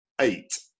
eight